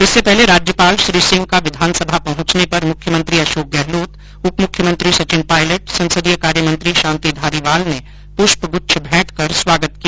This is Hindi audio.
इससे पहले राज्यपाल श्री सिंह को विधानसभा पहुंचने पर मुख्यमंत्री अशोक गहलोत उप मुख्यमंत्री सचिन पायलट संसदीय कार्यमंत्री शांति धारीवाल ने पुष्प गुच्छ भेंट कर उनका स्वागत किया